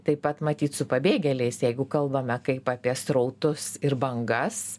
taip pat matyt su pabėgėliais jeigu kalbame kaip apie srautus ir bangas